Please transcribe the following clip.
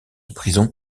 prison